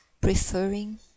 preferring